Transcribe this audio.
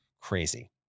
Crazy